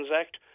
Act